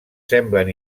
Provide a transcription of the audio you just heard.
semblen